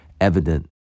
evident